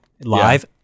live